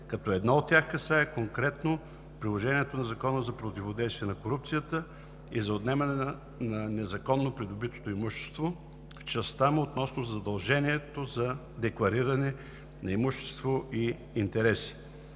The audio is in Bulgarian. като едно от тях касае конкретно приложението на Закона за противодействие на корупцията и за отнемане на незаконно придобитото имущество в частта му относно задължението за деклариране на имущество и интереси.